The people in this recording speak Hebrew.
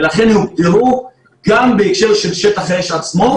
ולכן הוגדרו גם בהקשר של שטח אש עצמו,